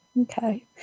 Okay